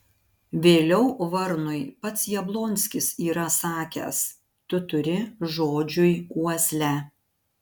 vėliau varnui pats jablonskis yra sakęs tu turi žodžiui uoslę